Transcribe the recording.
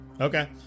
Okay